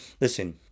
Listen